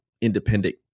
independent